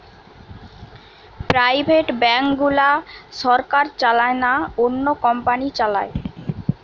private bank গুলা সরকার চালায় না, অন্য কোম্পানি চালায়